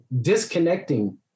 disconnecting